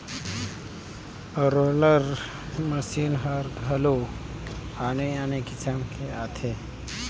roller मसीन हर घलो आने आने किसम के आथे